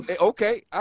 okay